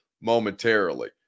momentarily